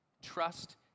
Trust